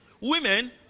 women